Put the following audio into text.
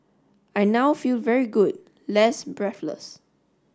I now feel very good less breathless